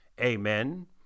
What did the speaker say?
Amen